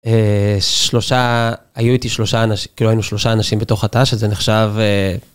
שלושה, היו איתי שלושה אנשים, כאילו היינו שלושה אנשים בתוך התא שזה נחשב…